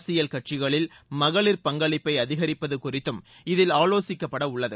அரசியல் கட்சிகளில் மகளிர் பங்களிப்பை அதிகரிப்பது குறித்தும் இதில் ஆலோசிக்கப்பட உள்ளது